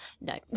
No